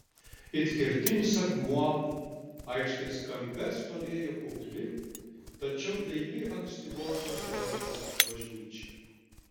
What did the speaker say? it kertinis akmuo aikštės kampe stovėjo kukli tačiau daili ankstyvosios gotikos bažnyčia